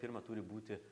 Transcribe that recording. pirma turi būti